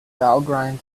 valgrind